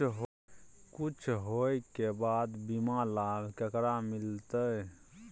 कुछ होय के बाद बीमा लाभ केकरा मिलते?